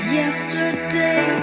yesterday